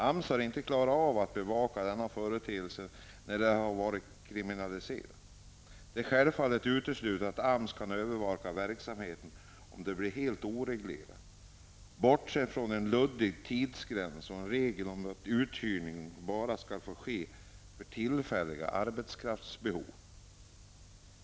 AMS har inte klarat att bevaka denna företeelse när den har varit kriminaliserad. Det är självfallet uteslutet att AMS kan övervaka verksamheten om den blir helt oreglerad bortsett från en luddig tidsgräns och en regel att uthyrning bara skall få ske för tillfälliga arbetskraftsbehov.